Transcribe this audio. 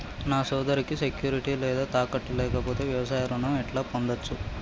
నా సోదరికి సెక్యూరిటీ లేదా తాకట్టు లేకపోతే వ్యవసాయ రుణం ఎట్లా పొందచ్చు?